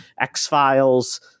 X-Files